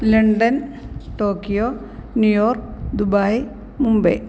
London Tokyo New York Dubai Mumbai